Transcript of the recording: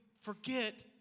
forget